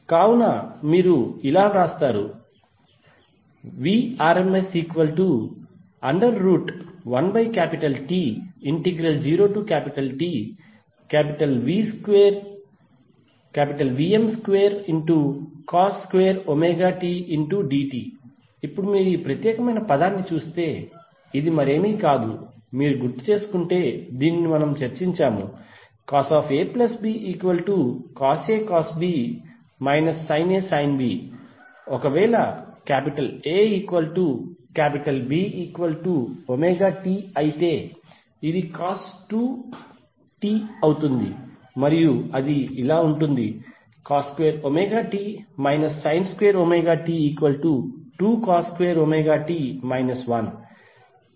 కావున మీరు ఇలా వ్రాస్తారు Vrms1T0TVm2cos2tdt ఇప్పుడు మీరు ఈ ప్రత్యేకమైన పదాన్ని చూస్తే ఇది మరేమీ కాదు మీరు గుర్తుచేసుకుంటే మేము చర్చించాము cosABcosAcosB sinAsinB ఒకవేళ ABt అయితే ఇది cos2t అవుతుంది మరియు అది ఇలా ఉంటుంది cos2t sin2t2cos2t 1